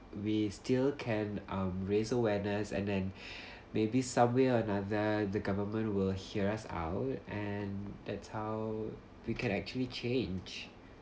we still can um raise awareness and then maybe somewhere another the government will hear us out and that's how we can actually change